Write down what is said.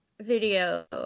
video